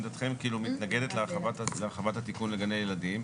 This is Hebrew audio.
עמדתכם מתנגדת להרחבת התיקון לגני ילדים.